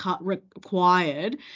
required